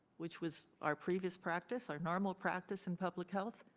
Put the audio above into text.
which was our previous practice, our normal practice in public health,